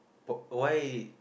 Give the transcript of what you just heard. why